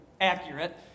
accurate